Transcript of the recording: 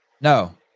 No